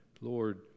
Lord